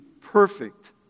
perfect